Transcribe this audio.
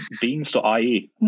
Beans.ie